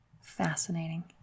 Fascinating